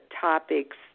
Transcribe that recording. topics